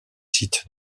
sites